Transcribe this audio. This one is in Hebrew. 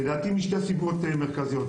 לדעתי משתי סיבות מרכזיות,